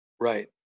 right